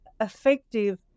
effective